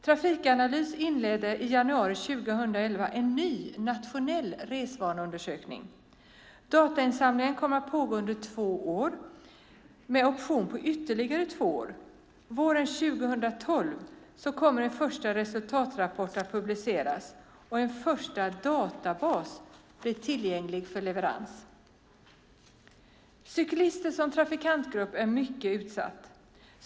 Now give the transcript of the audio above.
Trafikanalys inledde i januari 2011 en ny nationell resvaneundersökning. Datainsamlingen kommer att pågå under två år med option på ytterligare två år. Våren 2012 kommer en första resultatrapport att publiceras, och en första databas blir tillgänglig för leverans. Som trafikantgrupp är cyklister mycket utsatta.